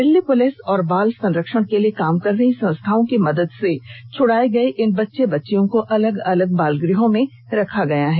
Delhi police और बाल संरक्षण के लिए काम कर रही संस्थाओं की मदद से छड़ाए गए इन बच्चे बच्चियों को अलग अलग बालगृहों में रखा गया है